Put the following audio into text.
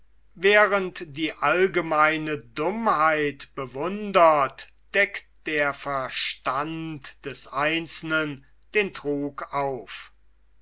während die allgemeine dummheit bewundert deckt der verstand des einzelnen den trug auf